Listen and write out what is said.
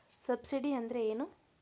Subsidy ಅಂದ್ರೆ ಏನು?